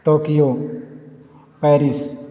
Tokyo Paris